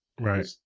Right